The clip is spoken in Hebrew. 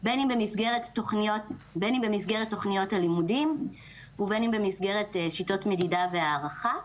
בין אם במסגרת תוכניות הלימודים ובין אם במסגרת שיטות מדידה והערכה,